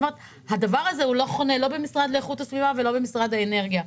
הדבר הזה לא חונה במשרד לאיכות הסביבה או במשרד האנרגיה.